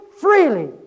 freely